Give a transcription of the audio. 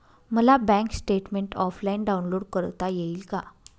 मला bank statement offline download करता येईल का?